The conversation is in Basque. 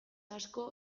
asko